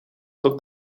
tot